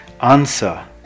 answer